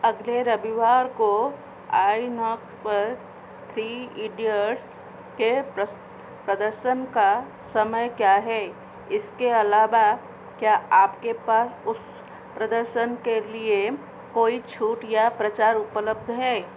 अगले रविवार को आईनॉक्स पर थ्री इडियट्स के प्रदर्शन का समय क्या है इसके अलावा क्या आपके पास उस प्रदर्शन के लिए कोई छूट या प्रचार उपलब्ध है